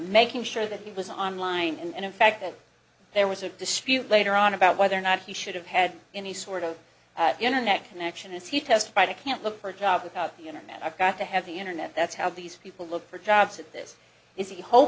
making sure that he was on line and in fact that there was a dispute later on about whether or not he should have had any sort of internet connection if he testified i can't look for a job without the internet i've got to have the internet that's how these people look for jobs that this is he ho